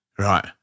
Right